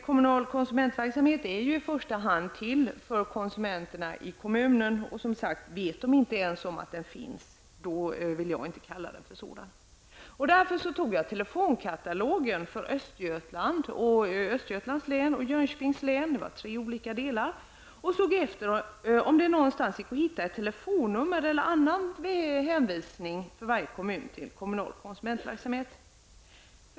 Kommunal konsumentverksamhet är ju i första hand till för konsumenterna i kommunen, och om de inte ens vet om att den finns, vill jag inte kalla den kommunal konsumentverksamhet. Jag tog därför fram telefonkatalogerna för Östergötlands län och Jönköpings län, det var tre olika delar, och såg efter om det någonstans gick att hitta ett telefonnummer eller någon annan hänvisning för varje kommun till kommunal konsumentverksamhet.